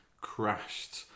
crashed